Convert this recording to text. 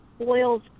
oils